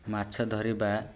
ମାଛ ଧରିବା